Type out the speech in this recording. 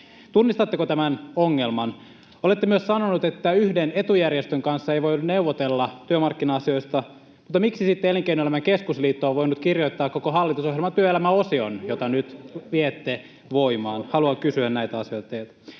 tunnistatteko tämän ongelman? Olette myös sanonut, että yhden etujärjestön kanssa ei voida neuvotella työmarkkina-asioista. Mutta miksi sitten Elinkeinoelämän keskusliitto on voinut kirjoittaa koko hallitusohjelman työelämäosion, jota nyt viette voimaan? Haluan kysyä näitä asioita teiltä.